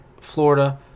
Florida